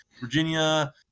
Virginia